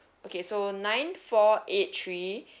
okay so nine four eight three